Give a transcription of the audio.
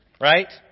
right